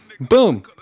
Boom